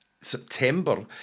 September